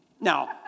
Now